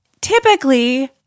Typically